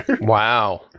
wow